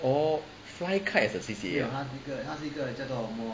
orh fly kite as a C_C_A